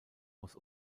aus